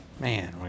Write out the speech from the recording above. man